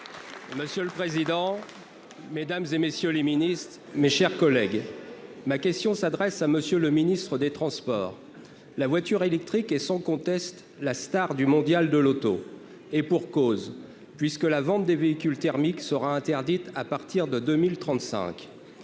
Monsieur le président, Mesdames et messieurs les ministres, mes chers collègues, ma question s'adresse à Monsieur le Ministre des transport, la voiture électrique est sans conteste la Star du Mondial de l'auto, et pour cause, puisque la vente des véhicules thermiques sera interdite à partir de 2035